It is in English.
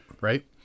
Right